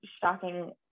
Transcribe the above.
shocking